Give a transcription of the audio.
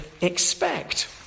expect